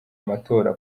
amatora